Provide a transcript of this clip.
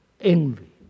envy